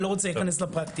אני לא רוצה להיכנס לפרקטיקה.